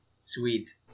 Sweet